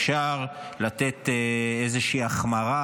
אפשר לתת איזושהי החמרה,